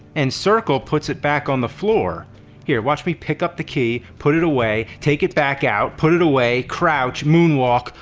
and circle puts it back on the floor. here, watch me pick up the key, put it away, take it back out, put it away, crouch, moonwalk.